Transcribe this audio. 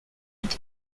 und